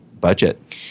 budget